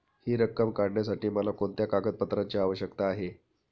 हि रक्कम काढण्यासाठी मला कोणत्या कागदपत्रांची आवश्यकता आहे?